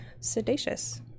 Sedacious